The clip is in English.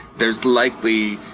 there's likely